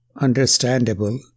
understandable